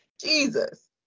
Jesus